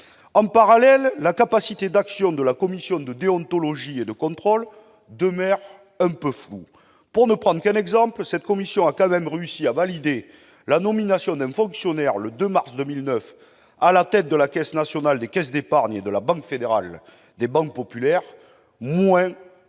En parallèle, la capacité d'action de la commission de déontologie et de contrôle demeure assez floue. Pour ne prendre qu'un exemple, cette commission a quand même réussi à valider la nomination, le 2 mars 2009, d'un fonctionnaire à la tête de la Caisse nationale des caisses d'épargne et de la Banque fédérale des banques populaires, moins d'une